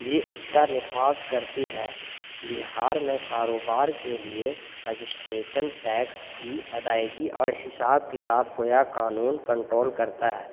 بھی اس کا نفاذ کرتی ہے بہار میں کاروبار کے لیے رجسٹریشن ٹیکس کی ادائیگی اور حساب کتاب کویا قانون کنٹرول کرتا ہے